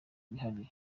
bihariye